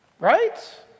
Right